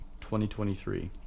2023